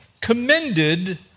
commended